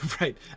Right